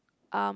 um